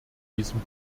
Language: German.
diesem